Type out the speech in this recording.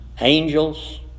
angels